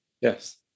Yes